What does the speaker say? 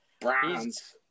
Brands